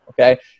okay